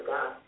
God